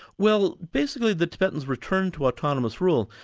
well basically the tibetans returned to autonomous rule.